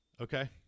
okay